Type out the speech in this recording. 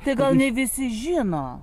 tai gal ne visi žino